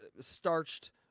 starched